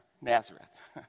Nazareth